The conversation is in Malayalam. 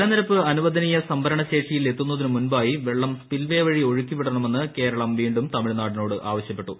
ജലനിരപ്പ് അനുവദനീയ സംഭരണ ശേഷിയിൽ എത്തുന്നതിനു മുമ്പായി വെള്ളം സ്പിൽവേ വഴി ഒഴുക്കി വിടണമെന്ന് കേരളം വീണ്ടും തമിഴ്നാടിനോട് ആവശ്യപ്പെട്ടു